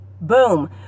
Boom